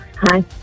hi